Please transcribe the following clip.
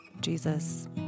Jesus